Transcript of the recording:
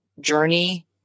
journey